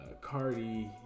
Cardi